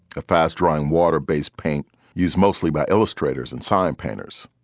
a fast rising water based paint used mostly by illustrators and sign painters.